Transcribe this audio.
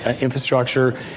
infrastructure